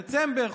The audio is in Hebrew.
דצמבר,